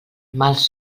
mals